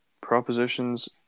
propositions